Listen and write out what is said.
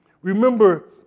Remember